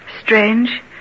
Strange